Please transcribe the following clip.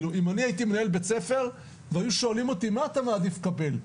אם אני הייתי מנהל בית ספר והיו שואלים אותי מה אתה מעדיף לקבל?